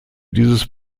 dieses